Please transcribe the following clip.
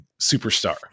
superstar